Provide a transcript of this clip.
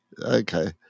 okay